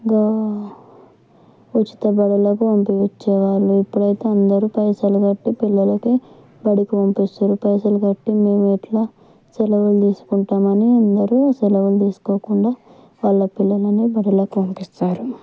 ఉచిత బడులకు పంపించేవాళ్ళు ఇప్పుడు అయితే అందరూ పైసలు కట్టి పిల్లలకి బడికి పంపిస్తున్నారు పైసలు కట్టి మేము ఎట్లా సెలవులు తీసుకుంటామని అందరూ సెలవులు తీసుకోకుండా వాళ్ళ పిల్లలని బడులకు పంపిస్తారు